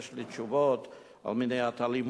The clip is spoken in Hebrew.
יש לי תשובות על מניעת אלימות,